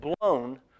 blown